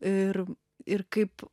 ir ir kaip